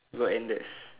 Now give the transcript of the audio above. you got Andes